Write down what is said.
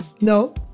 No